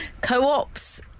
Co-ops